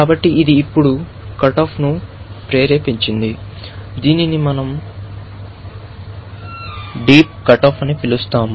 కాబట్టి ఇది ఇప్పుడు కట్ ఆఫ్ను ప్రేరేపించింది దీనిని మనం డీప్ కట్ ఆఫ్ అని పిలుస్తాము